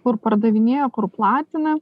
kur pardavinėja kur platina